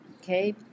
Okay